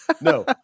No